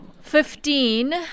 Fifteen